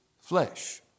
flesh